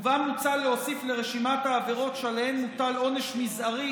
ובה מוצע להוסיף לרשימת העבירות שעליהן מוטל עונש מזערי